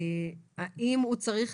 האם הוא צריך